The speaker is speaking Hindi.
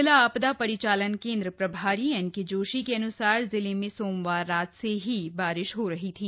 जिला आपदा परिचालन केन्द्र प्रभारी एनके जोशी के अन्सार जिले में सोमवार रात से ही बारिश हो रही थी